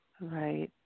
Right